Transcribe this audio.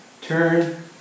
turn